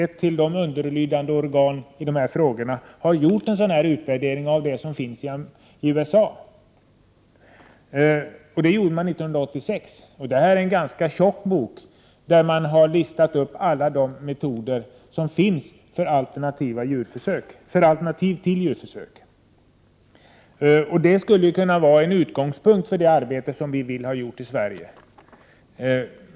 1988/89:112 underlydande organ har gjort en utvärdering av detta slag av de metoder som 11 maj 1989 finns i USA. Det gjorde man 1986. Man har i en ganska tjock bok listat alla de metoder som finns för alternativ till djurförsök. Det skulle kunna vara en utgångspunkt för det arbete vi vill ha gjort i Sverige.